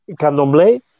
Candomblé